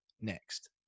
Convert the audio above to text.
next